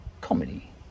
comedy